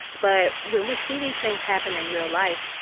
but when we see these things happen in real life,